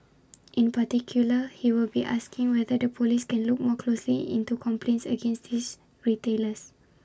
in particular he will be asking whether the Police can look more closely into complaints against his retailers